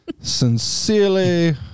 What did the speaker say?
Sincerely